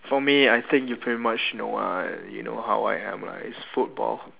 for me I think you pretty much know ah you know how I am lah it's football